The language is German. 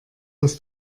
dass